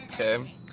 Okay